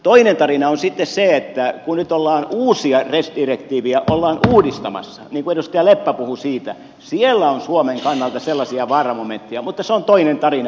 toinen tarina on sitten se että kun nyt res direktiivejä ollaan uudistamassa niin kuin edustaja leppä puhui siitä siellä on suomen kannalta sellaisia vaaramomentteja mutta se on toinen tarina